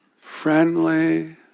friendly